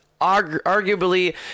arguably